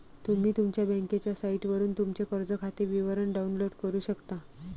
तुम्ही तुमच्या बँकेच्या साइटवरून तुमचे कर्ज खाते विवरण डाउनलोड करू शकता